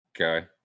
Okay